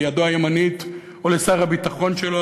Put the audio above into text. לידו הימנית או לשר הביטחון שלו,